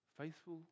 Faithful